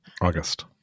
August